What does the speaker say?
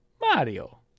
Mario